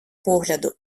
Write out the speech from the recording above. погляду